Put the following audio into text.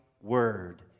word